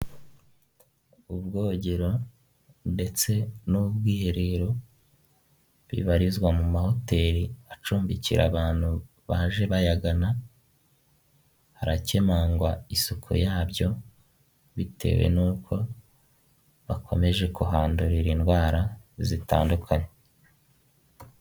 Abagabo babiri ndetse n'abagore babiri umwe yitwa Philippe umwe mu bakandida bahatanira kuyobora igihugu cy'u Rwanda akaba ari kubwira abaturage imigabo n'imigambi azakora mu gihe yaba abonye ububasha bwo kuyobora igihugu.